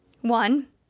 One